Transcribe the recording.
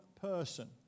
person